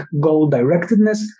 goal-directedness